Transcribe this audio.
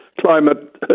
climate